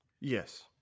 Yes